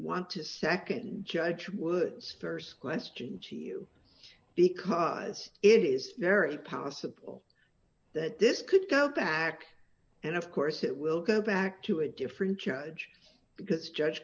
want to nd judge woods st question to you because it is very possible that this could go back and of course it will go back to a different judge because judge